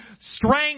strength